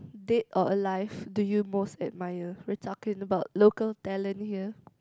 dead or alive do you most admire we're talking about local talent here